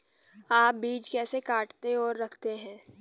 आप बीज कैसे काटते और रखते हैं?